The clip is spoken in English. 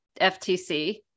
FTC